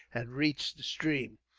had reached the stream.